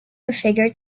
figure